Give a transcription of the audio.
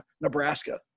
Nebraska